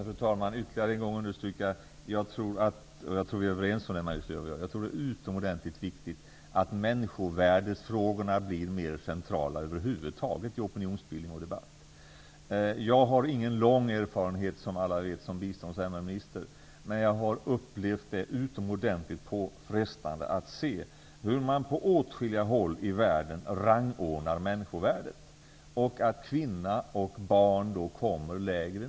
Fru talman! Låt mig ytterligare en gång understryka, och jag tror att Maj-Lis Lööw och jag är överens om det, att det är utomordentligt viktigt att människovärdesfrågorna blir mer centrala över huvud taget i opinionsbildning och debatt. Jag har ingen lång erfarenhet, som alla vet, som biståndsminister. Men jag har upplevt det som utomordentligt påfrestande att se hur man på åtskilliga håll i världen rangordnar människovärdet. Kvinna och barn kommer då lägre.